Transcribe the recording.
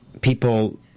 people